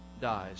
dies